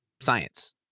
science